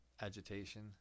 agitation